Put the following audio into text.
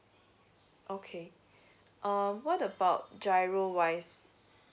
okay um what about G_I_R_O wise